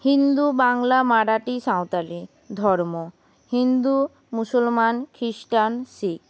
হিন্দু বাংলা মারাঠি সাঁওতালী ধর্ম হিন্দু মুসলমান খ্রিস্টান শিখ